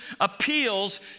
appeals